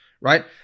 Right